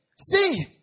See